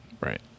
Right